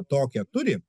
tokią turi